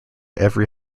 every